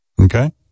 Okay